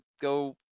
go